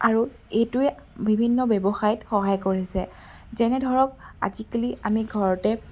আৰু এইটোৱে বিভিন্ন ব্যৱসায়ত সহায় কৰিছে যেনে ধৰক আজিকালি আমি ঘৰতে